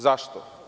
Zašto?